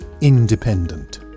independent